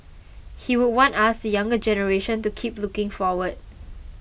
he would want us the younger generation to keep looking forward